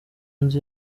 nzu